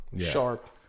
sharp